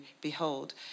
behold